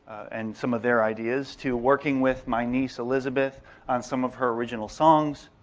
and some of their ideas, to working with my niece elizabeth on some of her original songs,